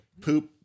poop